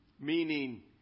meaning